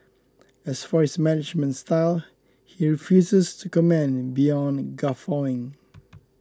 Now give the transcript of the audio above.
as for his management style he refuses to comment beyond guffawing